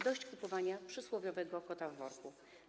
Dość kupowania przysłowiowego kota w worku.